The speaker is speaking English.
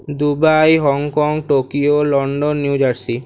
Dubai Hong Kong Tokyo London new jersey